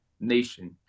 nation